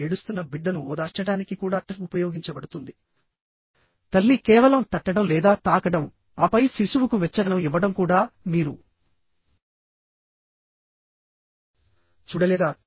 ఏడుస్తున్న బిడ్డను ఓదార్చడానికి కూడా టచ్ ఉపయోగించబడుతుంది తల్లి కేవలం తట్టడం లేదా తాకడం ఆపై శిశువుకు వెచ్చదనం ఇవ్వడం కూడా మీరు చూడలేదా